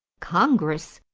congress,